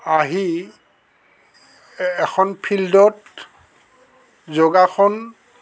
আহি এখন ফিল্ডত যোগাসন